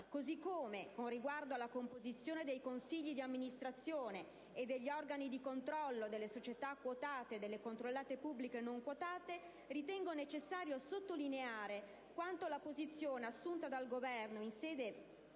Così come, con riguardo alla composizione dei consigli di amministrazione e degli organi di controllo delle società quotate e delle controllate pubbliche non quotate, ritengo necessario sottolineare quanto la posizione assunta dal Governo in sede